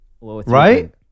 right